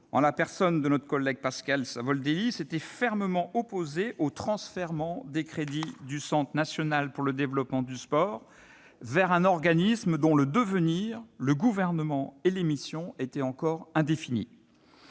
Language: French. en la personne de notre collègue Pascal Savoldelli, s'était fermement opposé au transfèrement des crédits du Centre national pour le développement du sport vers un organisme dont le devenir, la gouvernance et les missions étaient encore indéfinis.